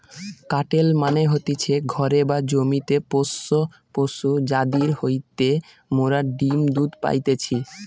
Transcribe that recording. কাটেল মানে হতিছে ঘরে বা জমিতে পোষ্য পশু যাদির হইতে মোরা ডিম্ দুধ পাইতেছি